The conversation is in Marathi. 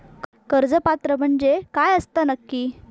कर्ज पात्र म्हणजे काय असता नक्की?